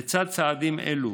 לצד צעדים אלו,